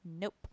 Nope